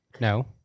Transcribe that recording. No